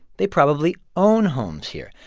they probably own homes here.